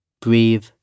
Breathe